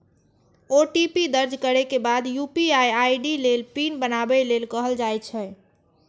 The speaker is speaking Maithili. ओ.टी.पी दर्ज करै के बाद यू.पी.आई आई.डी लेल पिन बनाबै लेल कहल जाइ छै